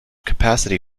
capacity